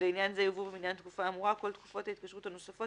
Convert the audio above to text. ולעניין זה יובאו במניין התקופה האמורה כל תקופות ההתקשרות הנוספות